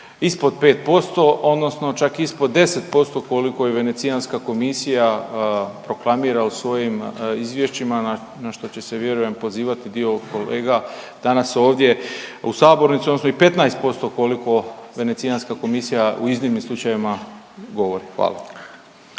ispod 5% odnosno čak ispod 10% koliko i Venecijanska komisija proklamira u svojim izvješćima na što će se vjerujem pozivati dio kolega danas ovdje u sabornici odnosno i 15% koliko Venecijanska komisija u iznimnim slučajevima govori. Hvala.